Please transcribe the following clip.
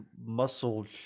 muscle